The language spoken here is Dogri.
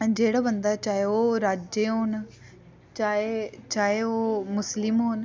जेह्ड़ा बंदा चाहे ओह् राज्जे होन ते चाहे चाहे ओह् मुस्लिम होन